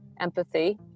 empathy